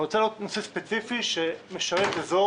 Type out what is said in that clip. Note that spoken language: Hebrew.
אני רוצה להעלות נושא ספציפי שמשרת אזור